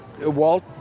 Walt